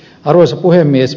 arvoisa puhemies